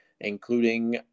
including